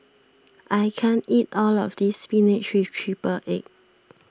I can't eat all of this Spinach with Triple Egg